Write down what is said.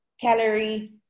calorie